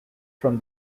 from